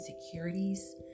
insecurities